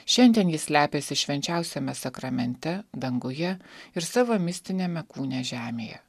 šiandien jis slepiasi švenčiausiame sakramente danguje ir savo mistiniame kūne žemėje